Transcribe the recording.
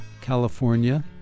California